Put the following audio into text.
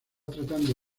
tratando